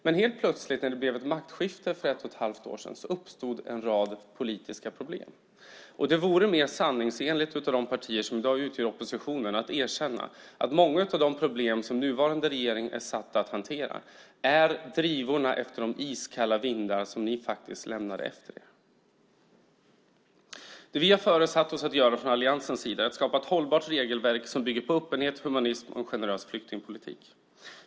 Men helt plötsligt när det blev ett maktskifte för ett och ett halvt år sedan uppstod en rad politiska problem. Det vore mer sanningsenligt av de partier som i dag utgör oppositionen att erkänna att många av de problem som den nuvarande regeringen är satt att hantera är drivorna efter de iskalla vindar som ni faktiskt lämnade efter er. Det som vi från alliansen har föresatt oss att göra är att skapa ett hållbart regelverk som bygger på öppenhet, humanism och en generös flyktingpolitik.